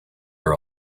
are